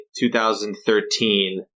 2013